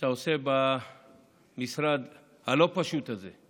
שאתה עושה במשרד הלא-פשוט הזה,